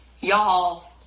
Y'all